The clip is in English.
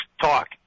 talk